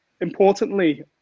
importantly